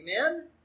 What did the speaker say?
Amen